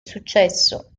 successo